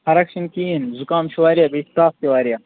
فَرق چھَنہٕ کِہیٖنٛۍ زُکام چھُ واریاہ بیٚیہِ چھُ تَپھ تہِ واریاہ